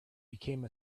became